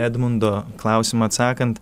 edmundo klausimą atsakant